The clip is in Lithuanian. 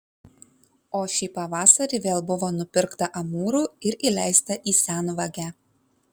o šį pavasarį vėl buvo nupirkta amūrų ir įleista į senvagę